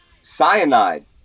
Cyanide